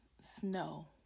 snow